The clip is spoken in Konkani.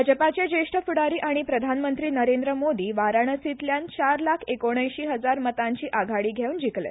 भाजपाचे ज्येष्ठ फुडारी आनी प्रधानमंत्री नरेंद्र मोदी वाराणसीतल्यान चार लाख एकोणऐशी हजार मतांची आघाडी घेवन जिखले